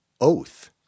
oath